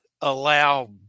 allow